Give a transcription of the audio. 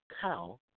cow